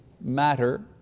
matter